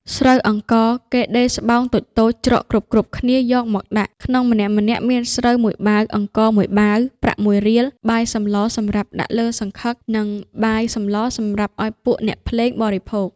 ស្រូវអង្ករ គេដេរស្បោងតូចៗច្រកគ្រប់ៗគ្នាយក មកដាក់ ក្នុងម្នាក់ៗមានស្រូវ ១បាវ អង្ករ ១បាវ ប្រាក់ ១រៀល បាយសម្លសម្រាប់ដាក់លើសង្ឃឹក និងបាយ សម្លសម្រាប់ឲ្យពួកអ្នកភ្លេងបរិភោគ ។